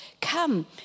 come